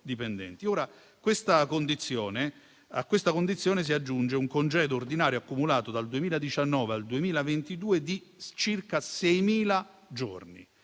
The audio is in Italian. A tale condizione si aggiunge un congedo ordinario accumulato dal 2019 al 2022 di circa seimila giorni.